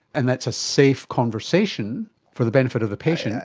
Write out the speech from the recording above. and that's a safe conversation for the benefit of the patient,